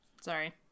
sorry